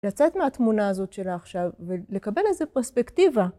לצאת מהתמונה הזאת שלה עכשיו ולקבל איזו פרספקטיבה.